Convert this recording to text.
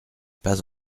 pas